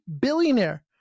billionaire